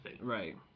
right